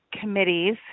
committees